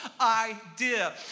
idea